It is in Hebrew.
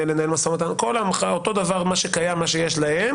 או לנהל משא ומתן; אותו הדבר כמו שיש להם